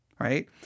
right